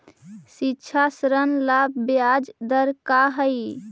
शिक्षा ऋण ला ब्याज दर का हई?